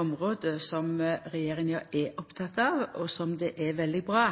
område som regjeringa er oppteken av, og som det er veldig bra